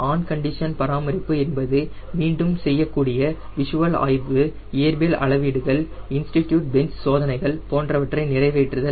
on condition பராமரிப்பு என்பது மீண்டும் செய்யக்கூடிய விசுவல் ஆய்வு இயற்பியல் அளவீடுகள் இன்ஸ்டிடியூட் பென்ச் சோதனைகள் போன்றவற்றை நிறைவேற்றுதல்